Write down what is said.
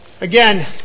Again